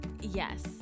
Yes